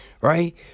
right